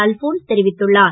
அல்போன்ஸ் தெரிவித்துள்ளார்